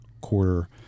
quarter